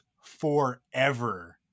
forever